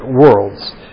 worlds